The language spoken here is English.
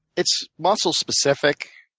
it's muscle specific.